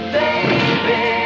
baby